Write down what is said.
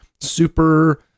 super